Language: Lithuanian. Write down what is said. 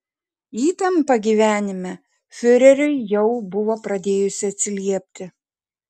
įtampa gyvenime fiureriui jau buvo pradėjusi atsiliepti